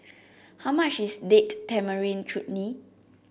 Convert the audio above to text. how much is Date Tamarind Chutney